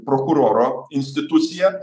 prokuroro institucija